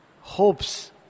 Hopes